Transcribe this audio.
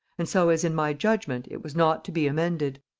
and so as, in my judgement, it was not to be amended.